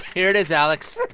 here it is, alex.